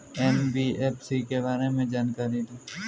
NBFC के बारे में जानकारी दें?